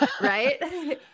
Right